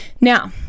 Now